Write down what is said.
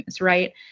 Right